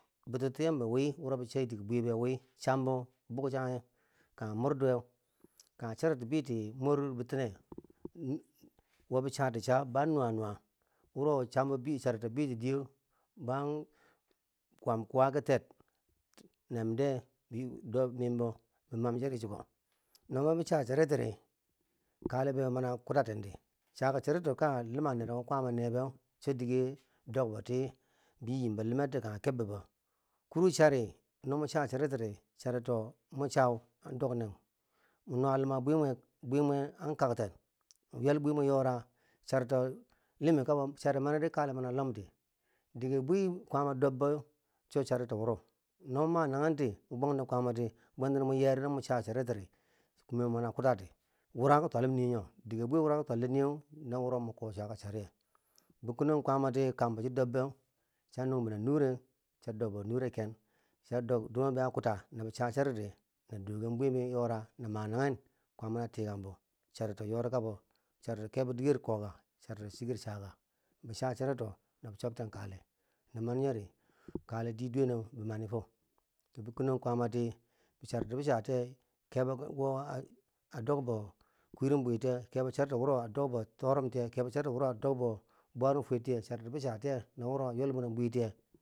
Bituttiyem bo win wuro bo chei tiki bwibi wi chambo bugjage kanghe murduwe, kanghe charito biti mor bitine wobo chati cha ban nuwa nuwa, wuro chambo chariti biti diye ban kwam kwa ki ter, na nimde do mimbo bi ma charitiri kale be wo mani kutaten ti chaka charito kanghe luma nereko kwaama ne be cho dige dok boti bo yi yimbo limer ti kanghe kebbebo kuru chari no mo cha chariti, charito mo cha an dok nen mo nuwa lume bwi mwek bwimwe an kakten ywel bwi mwi yora, charito limi kabo, chari mani di kale mani a lomti diye bwi kwaama dobbe cho charito biro. No managenti be bwang ten kwamati bwentano mun ye ri no mun cha charitiri kwumwbwer mana kwutati wura ki twalim yi yo dike bwi wura ki twalleh yi au na wuro mun ko chaka chariye bi kunun kwamati kan bo chi dobbo cha nung binen nure cha bo binen nure ken cha dok dume be a kwuta nabi cha cha rito na doken bwibo yorak na ma nagen kwama a tikang boh charito yorikabo charito kebo diker koka charito diker chaka na cha charito na chob ten kale non mani yo ri kale di duwane mani fo bikino kwama di ye duwe ne bi char do bi cha tiye kebo wo a dok bo kwirum bwum tiye ke bo charito wo a a dok bo torim tiye ke bo charito a dok bo bwarum fure tiye charito bi cha tiye na wo a ywel binen bwi tiye.